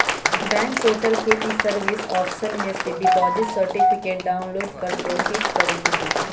bank portal के e service option में से डिपॉजिट सर्टिफिकेट डाउनलोड कर प्रोसीड करेके होइ छइ